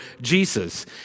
Jesus